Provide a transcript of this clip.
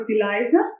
fertilizers